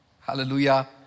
Hallelujah